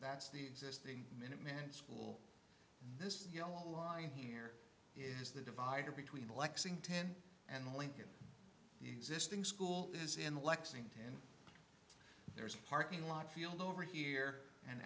that's the existing minuteman school this is the yellow line here is the divider between the lexington and lincoln the existing school is in lexington there's a parking lot field over here and